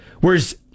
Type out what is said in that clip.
Whereas